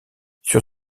sur